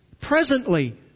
presently